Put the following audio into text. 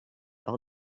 all